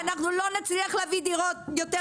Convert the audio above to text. -- שאנחנו לא נצליח להביא יותר דירות.